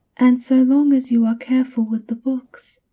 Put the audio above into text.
and so long as you are careful with the books,